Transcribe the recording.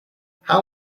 how